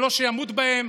ולא שימות בהם.